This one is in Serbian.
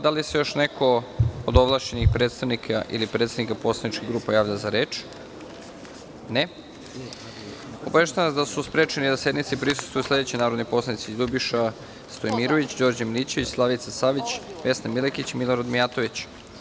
Da li se još neko od ovlašćenih predstavnika ili predsednika poslaničkih grupa javlja za reč? (Ne.) Obaveštavam vas da su sprečeni da sednici prisustvuju sledeći narodni poslanici: Ljubiša Stojmirović, Đorđe Milićević, Slavica Savić, Vesna Milekić i Milorad Mijatović.